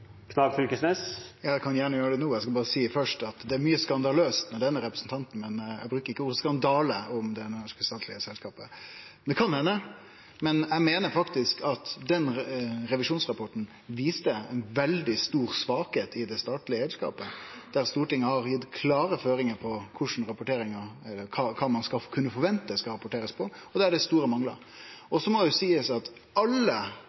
Knag Fylkesnes – noe som han ikke gjentok i stortingssalen. Det kan tyde på at det er lettere å komme med store ord når det kan bli en overskrift i en avis enn faktisk å fremføre det i stortingssalen som et debattargument. Eg kan gjerne gjere det no, men eg skal berre seie først at det er mykje «skandaløst» med denne representanten, men eg bruker ikkje ordet «skandale» om det norske statlege eigarskapet. Men eg meiner faktisk at den revisjonsrapporten viste ein veldig stor svakheit i det statlege eigarskapet. Stortinget